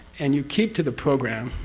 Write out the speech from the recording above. and you keep to the program,